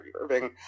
Irving